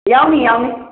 ꯌꯥꯎꯅꯤ ꯌꯥꯎꯅꯤ